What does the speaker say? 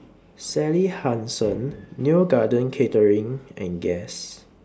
Sally Hansen Neo Garden Catering and Guess